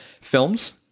films